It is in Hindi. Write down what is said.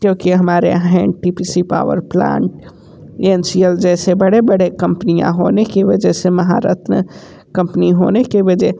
क्योंकि हमारे यहाँ N T P C power plant N C L जैसे बड़े बड़े कंपनियाँ होने की वजह से महारत्न कंपनी होने के वजह